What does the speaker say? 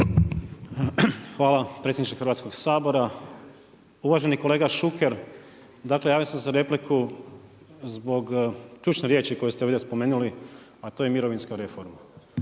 Hvala predsjedniče Hrvatskog sabora. Uvaženi kolega Šuker, dakle javio sam se za repliku zbog ključne riječi koju ste ovdje spomenuli a to je mirovinska reforma.